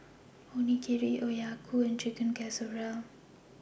Onigiri Okayu and Chicken Casserole